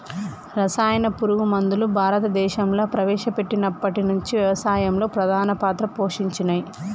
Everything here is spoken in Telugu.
రసాయన పురుగు మందులు భారతదేశంలా ప్రవేశపెట్టినప్పటి నుంచి వ్యవసాయంలో ప్రధాన పాత్ర పోషించినయ్